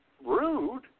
rude